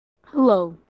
Hello